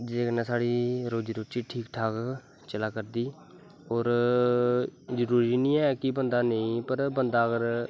जेह्दे कन्नै साढ़ी रोजी रुट्टी चला करदी और जरूरी नी ऐ कि बंदा पर बंदा अगर